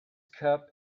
cup